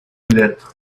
lettre